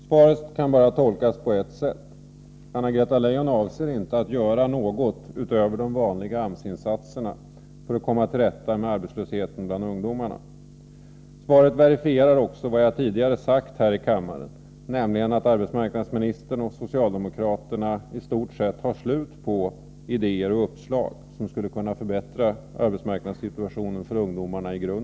Svaret kan bara tolkas på ett sätt: Anna-Greta Leijon avser inte att göra något utöver de vanliga AMS-insaterna för att komma till rätta med arbetslösheten bland ungdomarna. Svaret verifierar också vad jag tidigare sagt här i kammaren, nämligen att arbetsmarknadsministern och socialdemokraterna i stort sett har slut på idéer och uppslag som i grunden skulle kunna förbättra arbetsmarknadssituationen för ungdomarna.